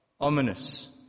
ominous